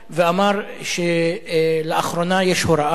הוא אמר שלאחרונה יש הוראה,